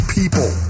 people